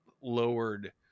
lowered